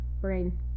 brain